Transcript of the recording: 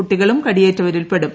കുട്ടികളും കടിയേറ്റവരിൽപ്പെടും